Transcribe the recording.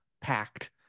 packed